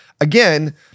Again